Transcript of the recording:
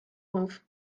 auf